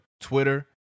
Twitter